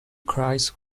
cries